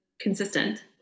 consistent